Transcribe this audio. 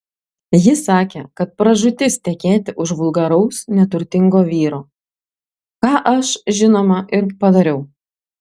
ji sakė kad pražūtis tekėti už vulgaraus neturtingo vyro ką aš žinoma ir padariau